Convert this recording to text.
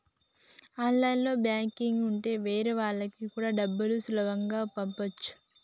online banking ఉంటె వేరే వాళ్ళకి కూడా డబ్బులు సులువుగా పంపచ్చు